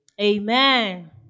Amen